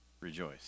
Rejoice